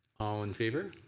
all in favor